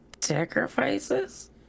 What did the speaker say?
sacrifices